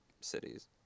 cities